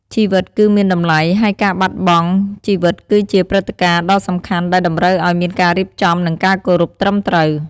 ជីវិតគឺមានតម្លៃ ហើយការបាត់បង់ជីវិតគឺជាព្រឹត្តិការណ៍ដ៏សំខាន់ដែលតម្រូវឱ្យមានការរៀបចំ និងការគោរពត្រឹមត្រូវ។